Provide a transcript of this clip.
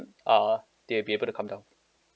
uh they will be able to come down